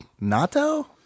Nato